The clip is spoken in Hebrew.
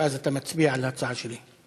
ואז אתה מצביע על ההצעה שלי.